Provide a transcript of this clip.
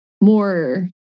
more